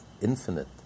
infinite